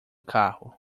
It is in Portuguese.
carro